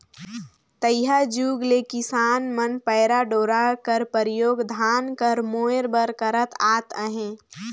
तइहा जुग ले किसान मन पैरा डोरा कर परियोग धान कर मोएर बर करत आत अहे